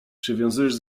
przywiązujesz